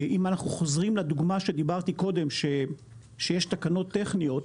אם אנחנו חוזרים לדוגמה שדיברתי קודם שיש תקנות טכניות,